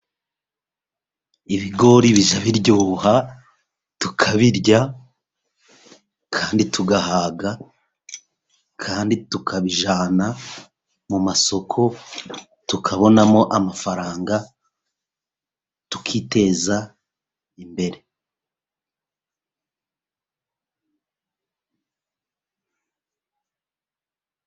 Ibigori bijya biryoha tukabirya kandi tugahaga kandi tukabijana mu masoko tukabonamo amafaranga tukiteza imbere.